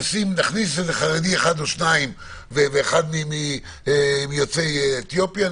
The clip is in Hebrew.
נכניס חרדי אחד או שניים ואחד מיוצאי אתיופיה.